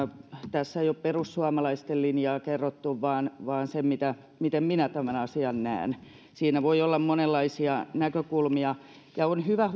tässä ei ole perussuomalaisten linjaa kerrottu vaan vaan se miten minä tämän asian näen siinä voi olla monenlaisia näkökulmia ja on hyvä